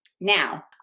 Now